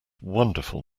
wonderful